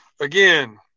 Again